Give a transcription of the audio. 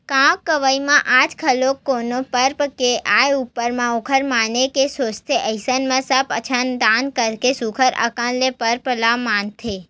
गाँव गंवई म आज घलो कोनो परब के आय ऊपर म ओला मनाए के सोचथे अइसन म सब झन दान करके सुग्घर अंकन ले परब ल मनाथे